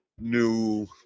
new